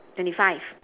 twenty five